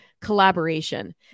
collaboration